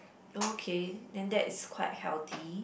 okay then that is quite healthy